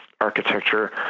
architecture